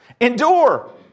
Endure